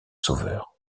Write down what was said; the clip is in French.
sauveur